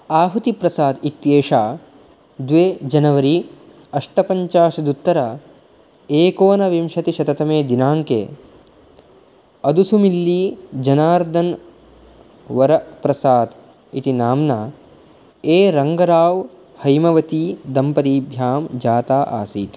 आहुति प्रसाद् इत्येषा द्वे जनवरी अष्टपञ्चाशदुत्तर एकोनविंशतिशततमे दिनाङ्के अदुसुमिल्ली जनार्दन् वर प्रसाद् इति नाम्ना ए रङ्गराव् हैमवती दम्पतीभ्यां जाता आसीत्